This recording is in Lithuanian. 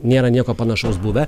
nėra nieko panašaus buvę